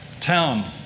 town